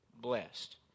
blessed